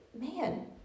Man